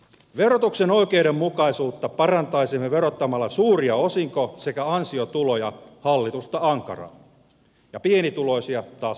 verotuksen oikeudenmukaisuutta parantaisimme verottamalla suuria osinko sekä ansiotuloja hallitusta ankarammin ja pienituloisia taas hallitusta kevyemmin